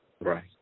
Right